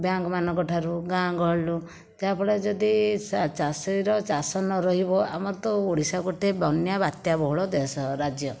bank ମାନଙ୍କ ଠାରୁ ଗାଁ ଗହଳିରୁ ଯାହା ଫଳରେ ଯଦି ଚାଷୀର ଚାଷ ନ ରହିବ ଆମର ତ ଓଡ଼ିଶା ଗୋଟିଏ ବନ୍ୟା ବାତ୍ୟା ବହୁଳ ଦେଶ ରାଜ୍ୟ